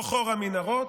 לא חור המנהרות,